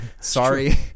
sorry